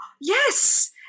Yes